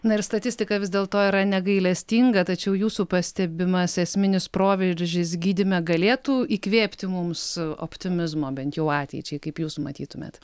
na ir statistika vis dėlto yra negailestinga tačiau jūsų pastebimas esminis proveržis gydyme galėtų įkvėpti mums optimizmo bent jau ateičiai kaip jūs matytumėt